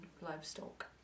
livestock